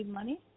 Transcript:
Money